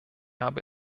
habe